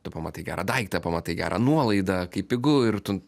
tu pamatai gerą daiktą pamatai gerą nuolaidą kaip pigu ir tu